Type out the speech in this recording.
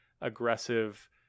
aggressive